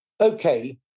Okay